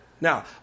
Now